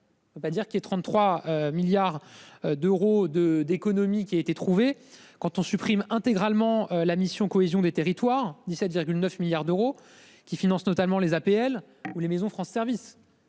On peut pas dire qu'il ait 33 milliards d'euros de d'économies qui a été trouvé. Quand on supprime intégralement la mission cohésion des territoires, 17,9 milliards d'euros qui finance notamment les APL ou les maisons France service.--